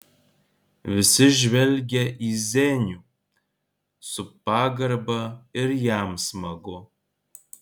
visi žvelgia į zenių su pagarba ir jam smagu